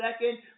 second